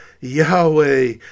Yahweh